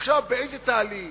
באיזה תהליך,